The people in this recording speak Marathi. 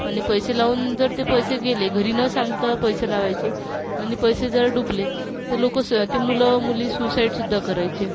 आणि पैसे लावून जर ते पैसे गेले घरी न सांगता पैसे लावायचे आणि पैसे जर बुडले तर लोकं स ते मुलं मुली सूसाइडसुद्धा करायचे